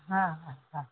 હા હા હા